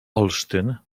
olsztyn